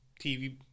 TV